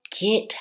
get